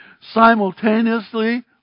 Simultaneously